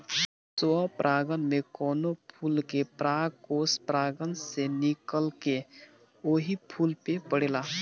स्वपरागण में कवनो फूल के परागकोष परागण से निकलके ओही फूल पे पड़ेला